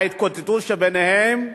ההתקוטטות שביניהם,